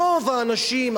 רוב האנשים,